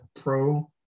pro